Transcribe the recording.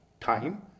time